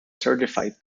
certified